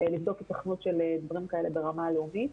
לבדוק היתכנות של הדברים ברמה הלאומית.